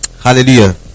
Hallelujah